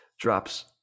drops